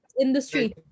industry